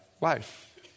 life